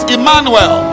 Emmanuel